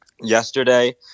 yesterday